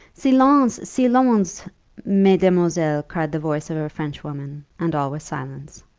silence, silence, mesdemoiselles! cried the voice of a french woman, and all was silence.